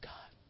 God